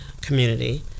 community